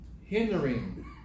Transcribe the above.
Hindering